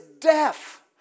death